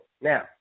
now